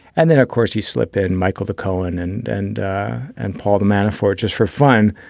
and then, of course, you slip in, michael the cohen and and and paul the manafort just for fun.